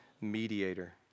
mediator